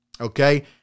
okay